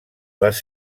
les